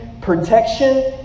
protection